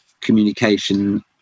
communication